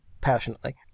Passionately